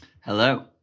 Hello